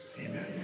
amen